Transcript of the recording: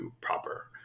proper